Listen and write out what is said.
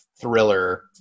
thriller